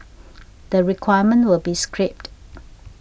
the requirement will be scrapped